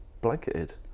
blanketed